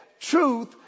truth